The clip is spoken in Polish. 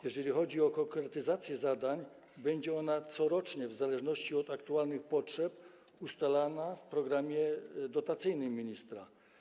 Jeżeli chodzi o konkretyzację zadań, będzie ona corocznie, w zależności od aktualnych potrzeb, ustalana w programie dotacyjnym ministra.